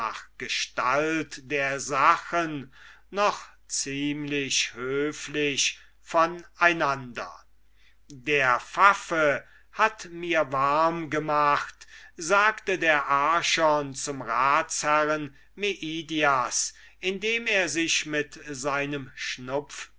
gestalt der sachen noch ziemlich höflich von einander der hat mir warm gemacht sagte der archon zum ratsherrn meidias indem er sich mit seinem